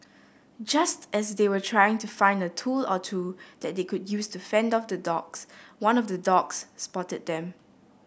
just as they were trying to find a tool or two that they could use to fend off the dogs one of the dogs spotted them